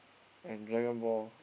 and Dragon Ball